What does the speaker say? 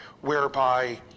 whereby